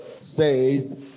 says